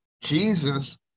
Jesus